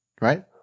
right